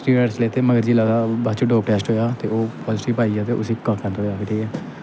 steroids लैते मगर जिसलै ओह्दा बाद च डोप टैस्ट होएआ ते ओह् पाज़िटिब आई गेआ ते उसी कक्ख निं थ्होएआ ठीक ऐ